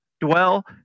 Dwell